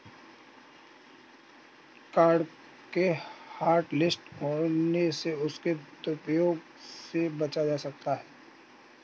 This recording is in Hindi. कार्ड के हॉटलिस्ट होने से उसके दुरूप्रयोग से बचा जा सकता है